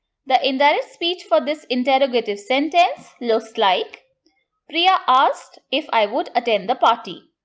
the indirect speech for this interrogative sentence looks like priya asked if i would attend the party.